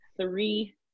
three